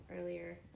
earlier